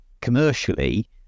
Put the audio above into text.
commercially